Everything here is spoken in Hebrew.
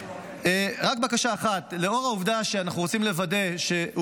רק בקשה אחת: לאור העובדה שאנחנו רוצים לוודא שהוא